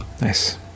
Nice